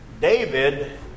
David